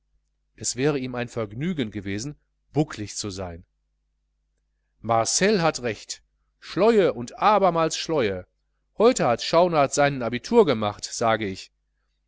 es wäre ihm ein vergnügen gewesen buckelig zu sein marcel hat recht schläue und abermals schläue heute hat schaunard seinen abitur gemacht sag ich